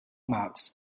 marks